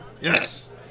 Yes